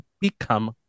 become